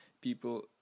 people